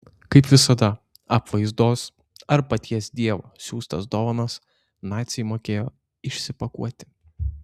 kaip visada apvaizdos ar paties dievo siųstas dovanas naciai mokėjo išsipakuoti